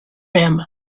rim